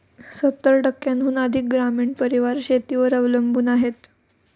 सत्तर टक्क्यांहून अधिक ग्रामीण परिवार शेतीवर अवलंबून आहेत